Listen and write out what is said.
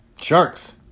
Sharks